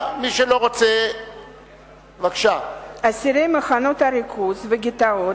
מי שלא רוצה לשמוע את נימוקי ההצעה החשובה,